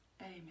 Amen